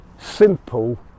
simple